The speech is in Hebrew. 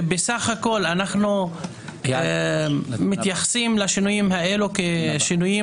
בסך הכול אנחנו מתייחסים לשינויים האלה כשינויים